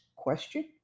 question